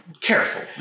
careful